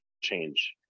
change